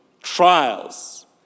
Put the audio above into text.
trials